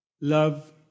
love